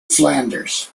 flanders